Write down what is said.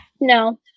No